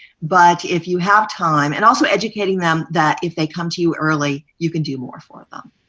but if you have time, and also educating them that if they come to you early, you can do more for them,